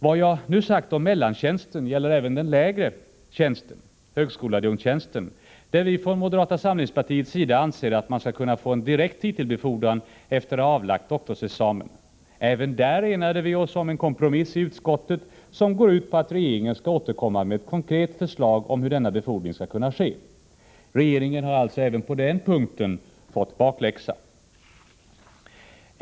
Vad jag nu sagt om mellantjänsten gäller även den lägre tjänsten, högskoleadjunkttjänsten, där vi från moderata samlingspartiets sida anser att man skall kunna få en direkt titelbefordran efter att ha avlagt doktorsexamen. Även där enade vi oss i utskottet om en kompromiss som går ut på att regeringen skall återkomma med ett konkret förslag om hur denna befordran skulle kunna ske. Regeringen har alltså även på den punkten fått bakläxa.